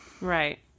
right